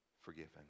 forgiven